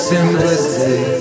Simplicity